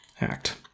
Act